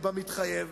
כמתחייב.